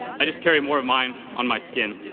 i just carry more of mine on my skin.